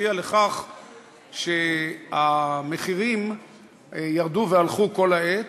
הביאה לכך שהמחירים ירדו והלכו כל העת,